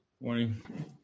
Morning